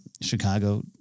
Chicago